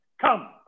come